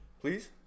please